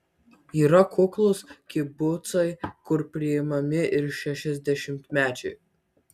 yra kuklūs kibucai kur priimami ir šešiasdešimtmečiai